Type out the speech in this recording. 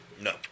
No